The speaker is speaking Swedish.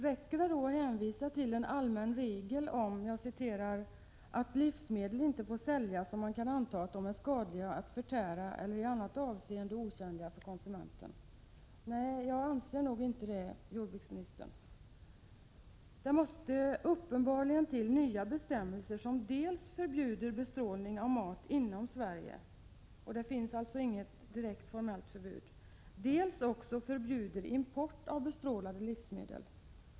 Räcker det då att hänvisa till den allmänna regeln om ”att livsmedel inte får säljas om man kan anta att de är skadliga att förtära eller i annat avseende otjänliga för konsumenten”? Nej, jag anser inte det, jordbruksministern. Det måste uppenbarligen till nya bestämmelser, som dels förbjuder bestrålning av mat inom Sverige — det finns alltså inget direkt formellt förbud —, dels förbjuder import av bestrålade livsmedel.